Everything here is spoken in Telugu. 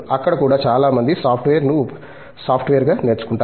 అక్కడ కూడా చాలా మంది సాఫ్ట్వేర్ను సాఫ్ట్వేర్గా నేర్చుకుంటారు